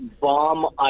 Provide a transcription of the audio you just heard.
bomb